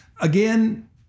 again